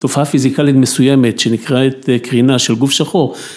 ‫תופעה פיזיקלית מסוימת ‫שנקראת קרינה של גוף שחור.